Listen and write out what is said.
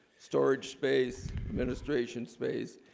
storage space administration space